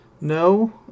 No